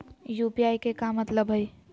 UPI के का मतलब हई?